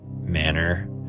manner